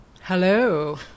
Hello